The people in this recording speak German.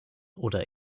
oder